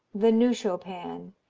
the new chopin,